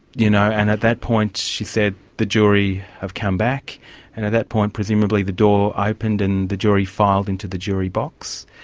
you know and at that point she said the jury have come back, and at that point presumably the door opened and the jury filed into the jury box.